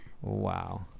wow